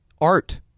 art